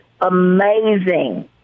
amazing